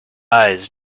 eyes